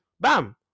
Bam